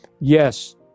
Yes